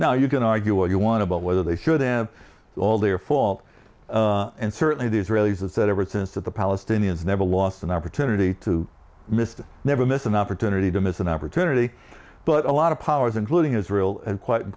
now you can argue all you want about whether they should have all their fault and certainly the israelis have said ever since that the palestinians never lost an opportunity to missed never miss an opportunity to miss an opportunity but a lot of powers including israel and quite